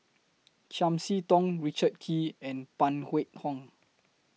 Chiam See Tong Richard Kee and Phan Wait Hong